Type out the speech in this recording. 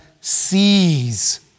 sees